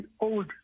old